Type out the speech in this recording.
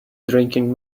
drinking